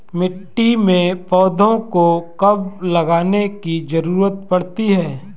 मिट्टी में पौधों को कब लगाने की ज़रूरत पड़ती है?